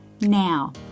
Now